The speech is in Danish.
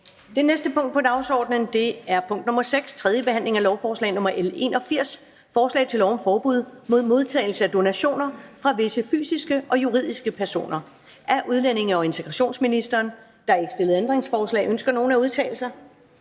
Det næste punkt på dagsordenen er: 6) 3. behandling af lovforslag nr. L 81: Forslag til lov om forbud mod modtagelse af donationer fra visse fysiske og juridiske personer. Af udlændinge- og integrationsministeren (Mattias Tesfaye). (Fremsættelse